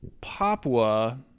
Papua